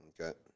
okay